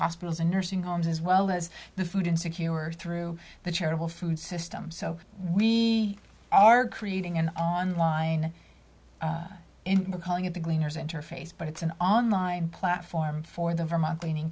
hospitals and nursing homes as well as the food insecure through the charitable food system so we are creating an online in the calling of the gleaners interface but it's an online platform for the vermont cleaning